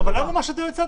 למה לא מה שהצעת?